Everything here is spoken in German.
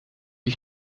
ich